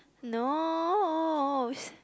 no